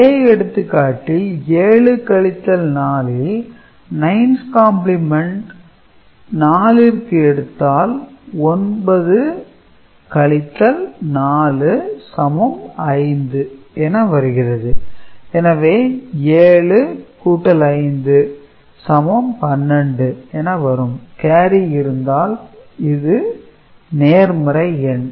அதே எடுத்துக்காட்டில் 7 கழித்தல் 4 இல் 9's கம்பிளிமெண்ட் 4 ற்கு எடுத்தால் 9 - 4 5 என வருகிறது எனவே 7 கூட்டல் 5 12 என வரும் கேரி இருந்தால் இது நேர்மறை எண்